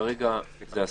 כרגע זה אסור.